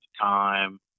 time